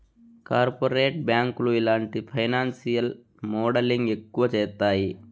corporate బ్యాంకులు ఇలాంటి financial modelling ఎక్కువ చేత్తాయి